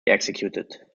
executed